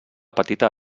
petita